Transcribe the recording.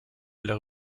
leur